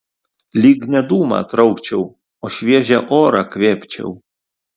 lyg ne dūmą traukčiau o šviežią orą kvėpčiau